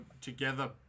together